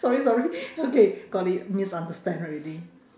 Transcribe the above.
sorry sorry okay got it misunderstand already